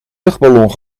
luchtballon